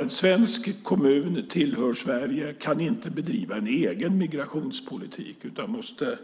En svensk kommun tillhör, som sagt, Sverige och kan inte bedriva en egen migrationspolitik utan måste